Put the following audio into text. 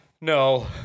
No